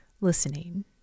listening